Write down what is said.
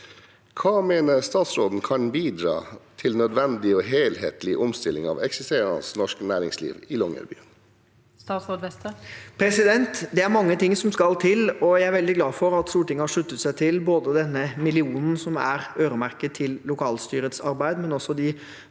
Hva mener statsråden kan bidra til nødvendig og helhetlig omstilling av eksisterende norsk næringsliv i Longyearbyen? Statsråd Jan Christian Vestre Det er mye som skal til, og jeg er veldig glad for at Stortinget har sluttet seg til både denne millionen som er øremerket til lokalstyrets arbeid, og også de